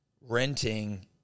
Renting